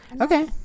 Okay